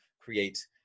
create